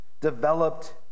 developed